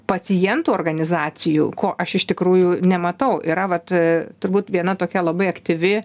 pacientų organizacijų ko aš iš tikrųjų nematau yra vat turbūt viena tokia labai aktyvi